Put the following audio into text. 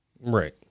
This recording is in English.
Right